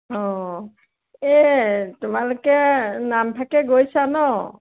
অঁ এই তোমালোকে নামফাকে গৈছা ন